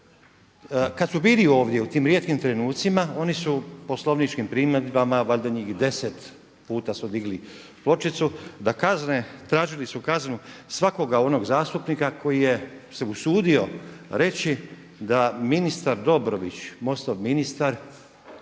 Kad su bili ovdje u tim rijetkim trenucima oni su poslovničkim primjedbama valjda njih 10 puta su digli pločicu da kazne, tražili su kaznu svakoga onog zastupnika koje je se usudio reći da ministar Dobrović, MOST-ov ministar